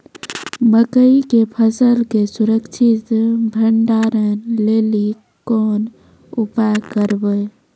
मकई के फसल के सुरक्षित भंडारण लेली कोंन उपाय करबै?